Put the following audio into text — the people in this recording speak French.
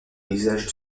paysage